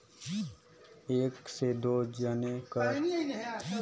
एक से दो जने कर खाता खुल सकथे कौन?